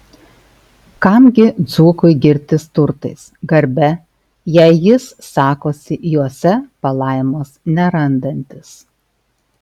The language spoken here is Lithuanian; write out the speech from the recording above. kam gi dzūkui girtis turtais garbe jei jis sakosi juose palaimos nerandantis